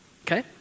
Okay